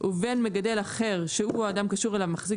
ובין מגדל אחר שהוא או אדם קשור אליו מחזיק